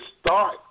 start